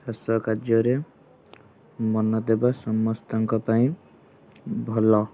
ଚାଷକାର୍ଯ୍ୟରେ ମନଦେବା ସମସ୍ତଙ୍କ ପାଇଁ ଭଲ